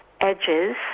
edges